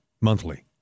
monthly